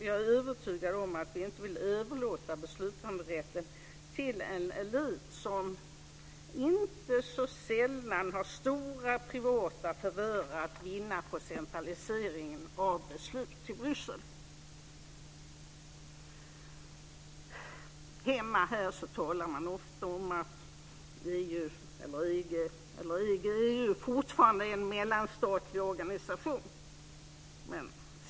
Jag är övertygad om att vi inte vill överlåta beslutanderätten till en elit som inte så sällan har stora privata favörer att vinna på centraliseringen av beslut till Bryssel. Här hemma talar man ofta om att EU eller EG fortfarande är en mellanstatlig organisation.